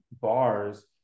bars